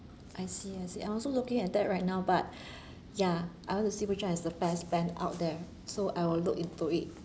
I see I see I also looking at that right now but ya I want to see which one is the best plan out there so I will look into it